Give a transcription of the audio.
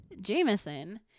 Jameson